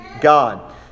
God